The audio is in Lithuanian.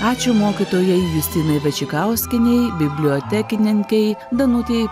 ačiū mokytojai justinai vaičikauskienei bibliotekininkei danutei